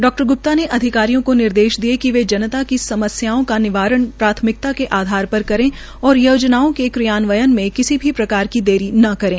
डॉ ग्प्ता ने अधिकारियों को निदेश दिए कि वे जनता की समस्याओं का निवारण प्राथमिकता के आधार पर करे और योजनाओं के क्रियान्वयन में किसी भी प्रकार की देरी न करे